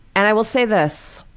and i will say this,